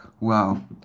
wow